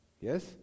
Yes